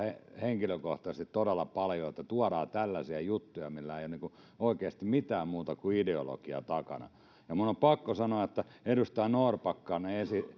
henkilökohtaisesti todella paljon että tuodaan tällaisia juttuja joissa ei ole oikeasti mitään muuta kuin ideologia takana minun on pakko sanoa edustaja norrbackin